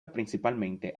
principalmente